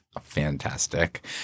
fantastic